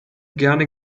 gerne